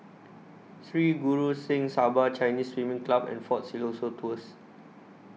Sri Guru Singh Sabha Chinese Swimming Club and Fort Siloso Tours